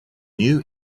new